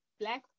Black